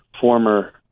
former